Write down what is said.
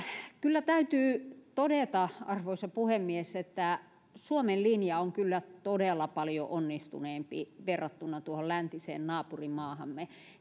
kyllä täytyy todeta arvoisa puhemies että suomen linja on kyllä todella paljon onnistuneempi verrattuna tuohon läntiseen naapurimaahamme